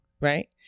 right